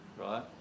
right